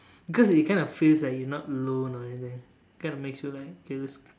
because it kind of feels like you not alone or anything it kind of makes you like okay let's